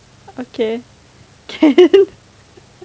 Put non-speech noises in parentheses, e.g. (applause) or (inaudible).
okay (laughs) can